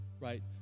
right